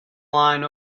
line